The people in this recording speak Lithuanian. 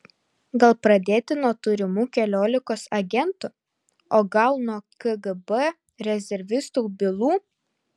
gal pradėti nuo turimų keliolikos agentų o gal nuo kgb rezervistų bylų